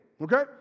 okay